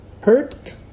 hurt